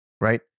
right